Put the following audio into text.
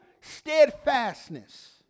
steadfastness